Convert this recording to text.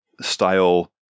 style